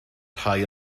rhai